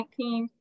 2019